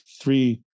three